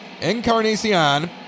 Encarnacion